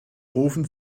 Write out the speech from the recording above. rufen